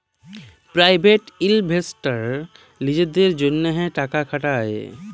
private ইলভেস্টাররা লিজেদের জ্যনহে টাকা খাটায়